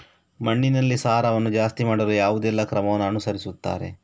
ಮಣ್ಣಿನಲ್ಲಿ ಸಾರವನ್ನು ಜಾಸ್ತಿ ಮಾಡಲು ಯಾವುದೆಲ್ಲ ಕ್ರಮವನ್ನು ಅನುಸರಿಸುತ್ತಾರೆ